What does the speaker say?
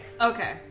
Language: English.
Okay